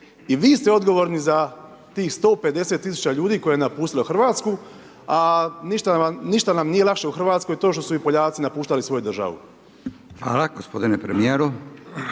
i vi ste odgovorni za tih 150.000 tisuća koje je napustilo Hrvatsku, a ništa nam nije lakše u Hrvatskoj to što su i poljaci napuštali svoju državu. **Radin, Furio